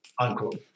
Unquote